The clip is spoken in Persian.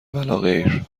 ولاغیر